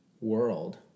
world